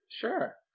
Sure